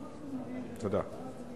תודה.